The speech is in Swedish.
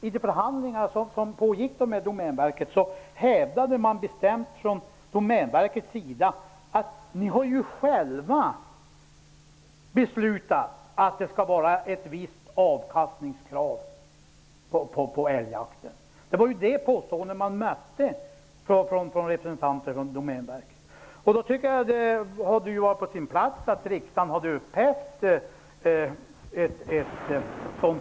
I förhandlingarna med Domänverket hävdade man bestämt från Domänverkets sida att jägarna själva beslutat att det skall vara ett visst avkastningskrav på älgjakten. Det var det påstående man mötte från representanter för Domänverket. Ett sådant beslut hade det varit på sin plats att riksdagen hade upphävt.